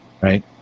right